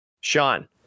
Sean